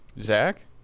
Zach